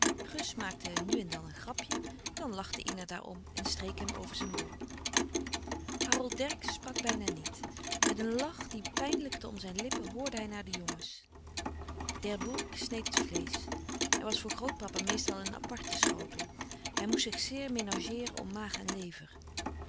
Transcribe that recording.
gus maakte nu en dan een grapje dan lachte ina daar om en streek hem over zijn bol harold dercksz sprak bijna niet met een lach die pijnlijkte om zijn lippen hoorde hij naar de jongens d'herbourg sneed het vleesch er was voor grootpapa meestal een aparte schotel hij moest zich zeer menageeren om maag en lever